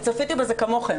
אני צפיתי בזה כמוכם